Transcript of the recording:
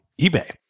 eBay